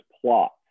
plot